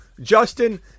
Justin